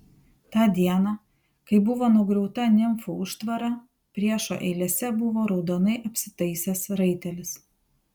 tą dieną kai buvo nugriauta nimfų užtvara priešo eilėse buvo raudonai apsitaisęs raitelis